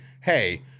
hey